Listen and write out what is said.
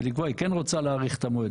היא כן רוצה להאריך את המועד,